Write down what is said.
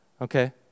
Okay